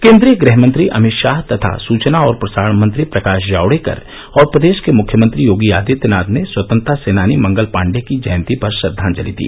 केन्द्रीय गृहमंत्री अमित शाह तथा सूचना और प्रसारण मंत्री प्रकाश जावड़ेकर और प्रदेश के मुख्यमंत्री योगी आदित्यनाथ ने स्वतंत्रता सेनानी मंगल पांडे की जयती पर श्रद्वांजलि दी